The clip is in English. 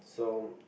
so um